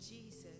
Jesus